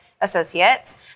associates